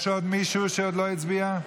יש עוד מישהו שעוד לא הצביע?